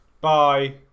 Bye